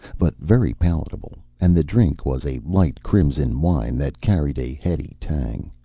but very palatable, and the drink was a light crimson wine that carried a heady tang.